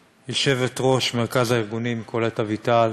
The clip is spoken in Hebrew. יושבת-ראש מרכז הארגונים קולט אביטל,